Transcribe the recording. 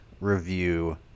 review